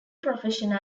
professional